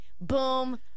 boom